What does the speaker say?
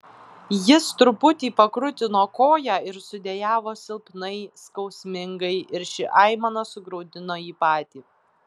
jis truputį pakrutino koją ir sudejavo silpnai skausmingai ir ši aimana sugraudino jį patį